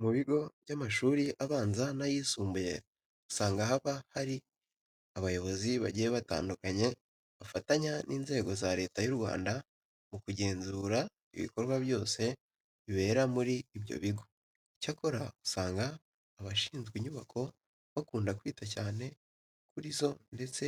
Mu bigo by'amashuri abanza n'ayisumbuye usanga haba hari abayobozi bagiye batandukanye bafatanya n'inzego za Leta y'u Rwanda mu kugenzura ibikorwa byose bibera muri ibyo bigo. Icyakora usanga abashinzwe inyubako bakunda kwita cyane kuri zo ndetse